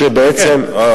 שבעצם סעיף 45,